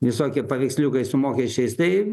visokie paveiksliukai su mokesčiais tai